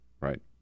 right